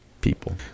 people